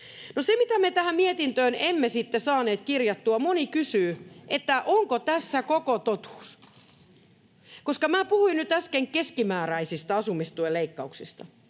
se, mitä me tähän mietintöön emme sitten saaneet kirjattua: Moni kysyy, onko tässä koko totuus, koska minä puhuin nyt äsken keskimääräisistä asumistuen leikkauksista.